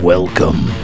Welcome